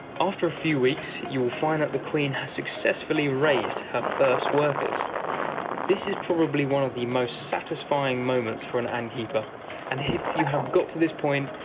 after a few weeks, you will find that the queen has successfully raised her first workers this is probably one of the most satisfying moments for an ant keeper and if you have got to this point,